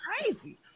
crazy